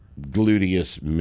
gluteus